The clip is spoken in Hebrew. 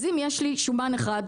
אז אם יש לי 2 גרם שומן,